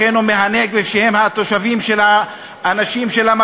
אחינו מהנגב שהם התושבים של המקום,